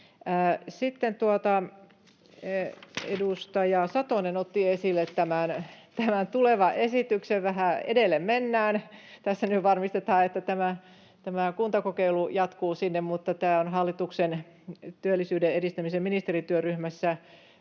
Sitten edustaja Satonen otti esille tämän tulevan esityksen — vähän edelle mennään — eli kun tässä nyt varmistetaan, että tämä kuntakokeilu jatkuu sinne, niin tämä varsinainen kuntiinsiirtokokonaisuus on hallituksen työllisyyden edistämisen ministerityöryhmässä